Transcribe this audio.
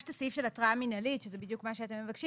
יש את הסעיף של התראה מינהלית שזה בדיוק מה שאתם מבקשים,